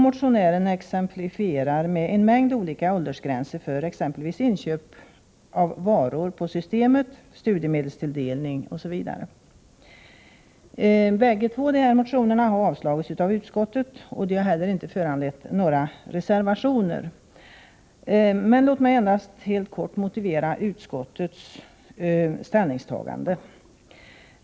Motionären exemplifierar med en mängd olika åldersgränser för exempelvis inköp av varor på Systemet, studiemedelstilldelning, Osv. Bägge dessa motioner har avstyrkts av utskottet, och de har inte heller föranlett några reservationer. Låt mig endast helt kort motivera utskottets ställningstagande.